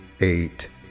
eight